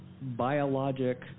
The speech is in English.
biologic